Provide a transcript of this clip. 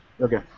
Okay